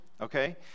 okay